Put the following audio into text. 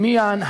מהעובדים.